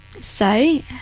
say